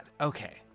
okay